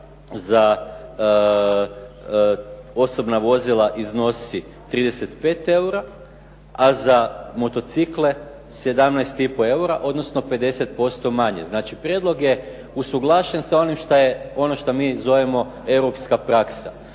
za osobna vozila iznosi 35 eura, a za motocikle 17,5 eura, odnosno 50% manje. Znači prijedlog je usuglašen sa onim što je, onim što mi zovemo europska praksa.